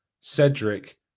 Cedric